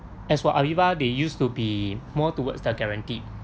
as for aviva they used to be more towards their guaranteed